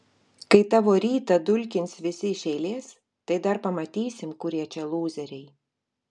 kai tavo rytą dulkins visi iš eilės tai dar pamatysim kurie čia lūzeriai